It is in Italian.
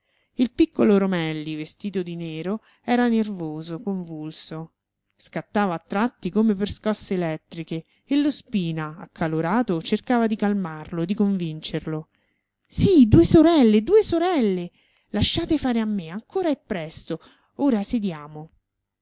il piccolo romelli vestito di nero era nervoso convulso scattava a tratti come per scosse elettriche e lo spina accalorato cercava di calmarlo di convincerlo sì due sorelle due sorelle lasciate fare a me ancora è presto ora sediamo